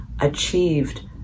achieved